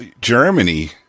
Germany